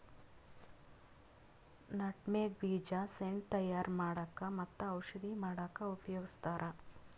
nutmeg ಬೀಜ scent ತಯಾರ್ ಮಾಡಕ್ಕ್ ಮತ್ತ್ ಔಷಧಿ ಮಾಡಕ್ಕಾ ಉಪಯೋಗಸ್ತಾರ್